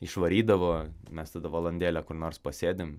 išvarydavo mes tada valandėlę kur nors pasėdim